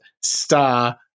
star